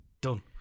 done